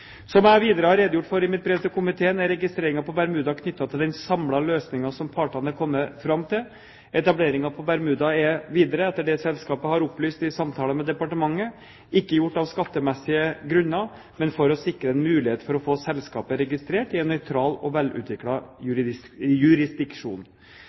Som jeg videre har redegjort for i mitt brev til komiteen, er registreringen på Bermuda knyttet til den samlede løsningen som partene er kommet fram til. Etableringen på Bermuda er videre, etter det selskapet har opplyst i samtaler med departementet, ikke gjort av skattemessige grunner, men for å sikre en mulighet for å få selskapet registrert i en nøytral og